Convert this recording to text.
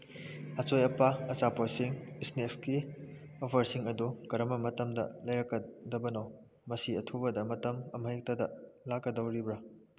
ꯑꯆꯣꯏ ꯑꯄꯥ ꯑꯆꯥꯄꯣꯠꯁꯤꯡ ꯏꯁꯅꯦꯛꯁꯀꯤ ꯑꯣꯐꯔꯁꯤꯡ ꯑꯗꯨ ꯀꯔꯝꯕ ꯃꯇꯝꯗ ꯂꯩꯔꯛꯀꯗꯕꯅꯣ ꯃꯁꯤ ꯑꯊꯨꯕꯗ ꯃꯇꯝ ꯑꯃ ꯍꯦꯛꯇꯗ ꯂꯥꯛꯀꯗꯧꯔꯤꯕ꯭ꯔꯥ